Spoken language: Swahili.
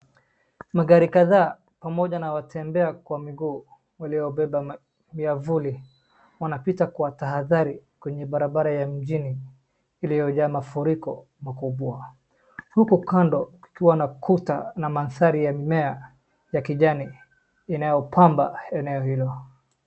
Magari kadhaa pamoja na watembea kwa miguu waliobeba miavuli wanapita kwa tahadhari kwenye barabara ya mjini iliyojaa mafuriko makubwa. Huko kando kukiwa na kuta na mandhari ya mimea ya kijani inayopamba eneo hilo.